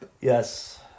Yes